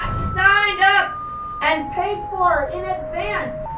signed up and paid for in advance,